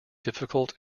difficult